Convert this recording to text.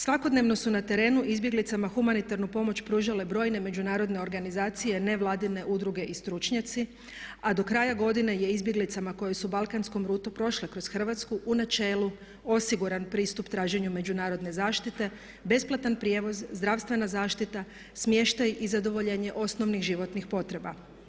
Svakodnevno su na terenu izbjeglicama humanitarnu pomoć pružale brojne međunarodne organizacije, nevladine udruge i stručnjaci, a do kraja godine je izbjeglicama koje su balkanskom rutom prošle kroz Hrvatsku u načelu osiguran pristup traženju međunarodne zaštite, besplatan prijevoz, zdravstvena zaštita, smještaj i zadovoljenje osnovnih životnih potreba.